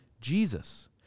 Jesus